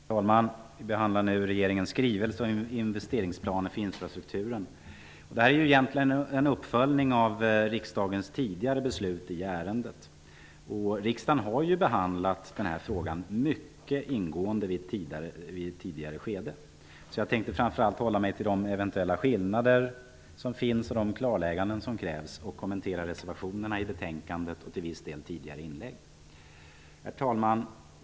Herr talman! Vi behandlar nu regeringens skrivelse om investeringsplaner för infrastrukturen. Det här är egentligen en uppföljning av riksdagens tidigare beslut i ärendet. Riksdagen har behandlat den här frågan mycket ingående i ett tidigare skede. Jag tänkte därför framför allt hålla mig till de eventuella skillnader som finns och de klarlägganden som krävs samt kommentera reservationerna till betänkandet och till viss del tidigare inlägg. Herr talman!